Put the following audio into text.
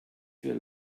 für